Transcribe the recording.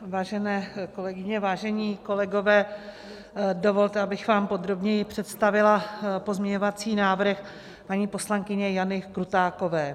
Vážené kolegyně, vážení kolegové, dovolte, abych vám podrobněji představila pozměňovací návrh paní poslankyně Jany Krutákové.